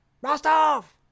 Rostov